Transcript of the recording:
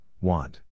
want